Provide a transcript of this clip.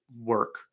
work